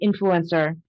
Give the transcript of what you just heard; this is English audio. Influencer